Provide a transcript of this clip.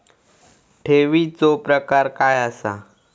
ठेवीचो प्रकार काय असा?